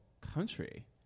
country